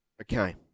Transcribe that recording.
Okay